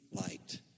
light